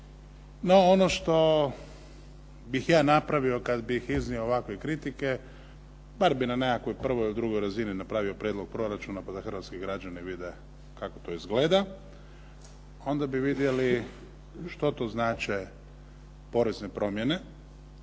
No, ono što bih ja napravio kada bih iznio ovakve kritike bar bi na nekakvoj prvoj, drugoj razini napravio prijedlog proračuna pa da hrvatski građani vide kako to izgleda. Onda bi vidjeli što to znače porezne promjene